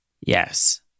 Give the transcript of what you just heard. Yes